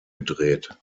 gedreht